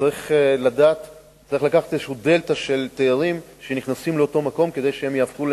צריך לקחת נתונים על תיירים שנכנסים לאותו מקום כדי שיהפכו אותו